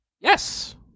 Yes